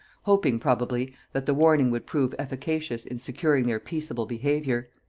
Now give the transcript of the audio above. hoping probably that the warning would prove efficacious in securing their peaceable behaviour.